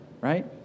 right